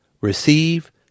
receive